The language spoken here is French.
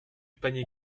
panier